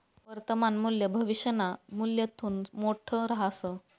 वर्तमान मूल्य भविष्यना मूल्यथून मोठं रहास